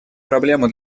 проблему